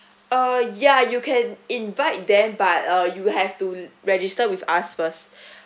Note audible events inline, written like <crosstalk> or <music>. uh yeah you can invite them but uh you have to register with us first <breath>